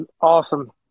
Awesome